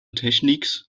techniques